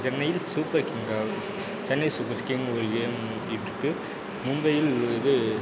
சென்னையில் super king ஆடுச்சி Chennai supers king ஒரு கேம் போய்ட்டுருக்கு மும்பையில் ஒரு இது